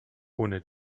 ohne